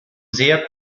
sehr